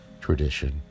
tradition